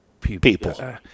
people